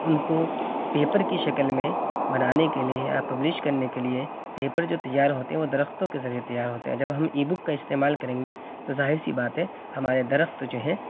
ان کو پیپر کی شکل میں بنانے کے لیے یا پبلش کرنے کے لیے پیپر جو تیار ہوتے ہیں وہ درختوں کے ذریعے تیار ہوتے ہیں جب ہم ای بک کا استعمال کریں گے تو ظاہر سی بات ہے ہمارے درخت جو ہیں